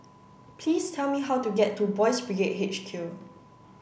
please tell me how to get to Boys' Brigade H Q